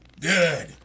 Good